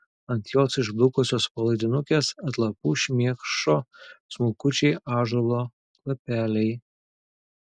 ant jos išblukusios palaidinukės atlapų šmėkšo smulkučiai ąžuolo lapeliai